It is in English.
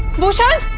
bhushan!